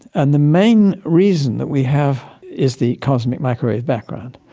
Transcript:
and the main reason that we have is the cosmic microwave background.